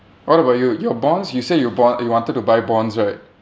what about you your bonds you say you bond you wanted to buy bonds right